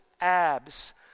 abs